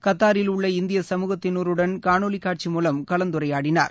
கத்தாரிலுள்ள இந்திய சமூகத்தினருடன் காணொலி காட்சி மூலம் கலந்துரையாடினார்